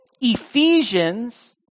Ephesians